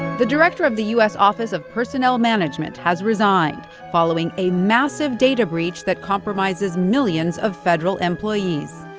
the director of the us office of personnel management has resigned following a massive data breach that compromises millions of federal employees.